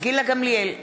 גילה גמליאל,